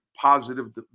positive